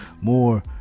more